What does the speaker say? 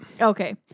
Okay